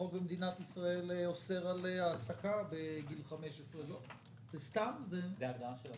החוק במדינת ישראל אוסר על העסקה בגיל 15. זו הגדרה של הלמ"ס.